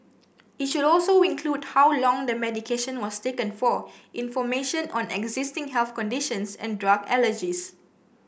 it should also include how long the medication was taken for information on existing health conditions and drug allergies